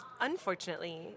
Unfortunately